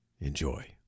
Enjoy